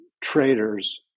traders